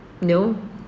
No